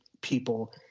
people